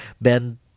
Ben